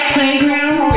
Playground